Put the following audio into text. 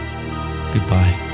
Goodbye